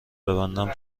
ببندم